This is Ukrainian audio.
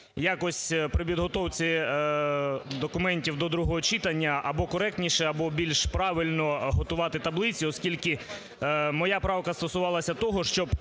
якось при підготовці документів до другого читання або коректніше, або більш правильно готувати таблицю. Оскільки моя правка стосувалася того, щоб